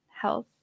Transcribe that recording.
Health